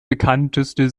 bekannteste